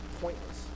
pointless